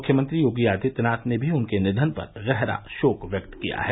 मुख्यमंत्री योगी आदित्यनाथ ने भी उनके निधन पर गहरा शोक व्यक्त किया है